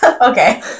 Okay